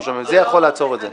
זה יכול לעצור את זה,